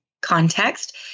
context